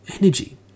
energy